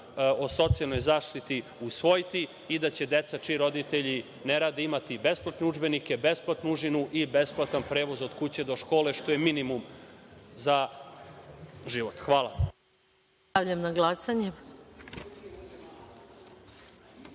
o socijalnoj zaštiti usvojiti i da će deca čiji roditelji ne rade imati besplatne udžbenike, besplatnu užinu i besplatan prevoz od kuće do škole, što je minimum za život. Hvala.